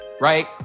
right